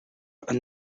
and